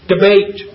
Debate